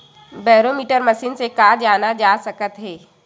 Barometer machine से का जाना जा सकत हे?